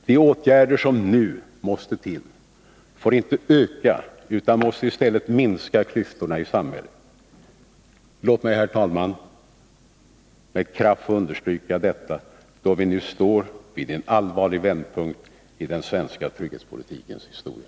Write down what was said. De åtgärder som nu måste till får inte öka utan måste i stället minska klyftorna i samhället. Låt mig, herr talman, med kraft understryka detta då vi nu står vid en allvarlig vändpunkt i den svenska trygghetspolitikens historia.